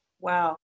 Wow